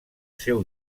seu